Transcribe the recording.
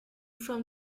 from